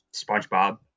SpongeBob